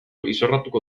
izorratuko